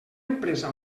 empresa